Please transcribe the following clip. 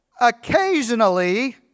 Occasionally